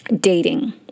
dating